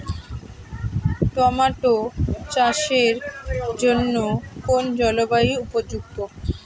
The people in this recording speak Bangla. টোমাটো চাষের জন্য কোন জলবায়ু উপযুক্ত?